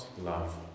love